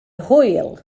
hwyl